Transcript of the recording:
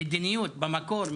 במקור,